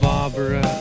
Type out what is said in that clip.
Barbara